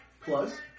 Plus